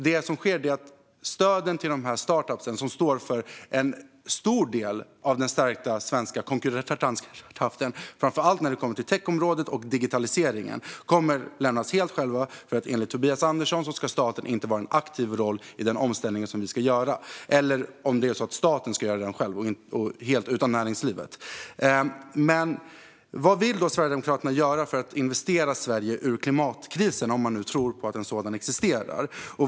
Det som sker är att dessa startups, som står för en stor del av den stärkta svenska konkurrenskraften framför allt när det kommer till techområdet och digitaliseringen, kommer att lämnas helt själva, för enligt Tobias Andersson ska staten inte ha en aktiv roll i den omställning som vi ska göra - eller om det är så att staten ska göra den själv helt utan näringslivet. Vad vill då Sverigedemokraterna göra för att investera Sverige ur klimatkrisen - om man nu tror på att en sådan existerar?